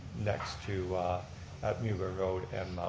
next to, at mewburn road and